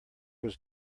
was